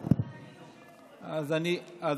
אני יושבת ומחכה.